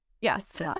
Yes